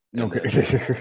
Okay